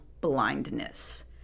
blindness